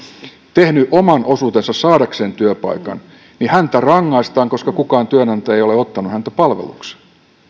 tehnyt oman osuutensa saadakseen työpaikan rangaistaan siitä että kukaan työnantaja ei ole ottanut häntä palvelukseen